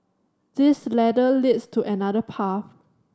this ladder leads to another path